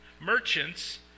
merchants